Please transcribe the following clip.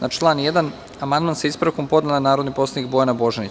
Na član 1. amandman sa ispravkom podnela je narodni poslanik Bojana Božanić.